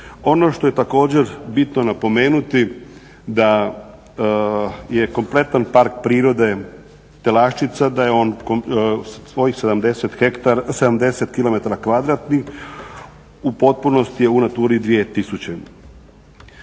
Ono što je također bitno napomenuti da je kompletan Park prirode Telaščica da je on svojih 70 kilometara kvadratnih u